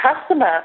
customer